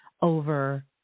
over